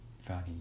funny